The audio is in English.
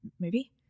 movie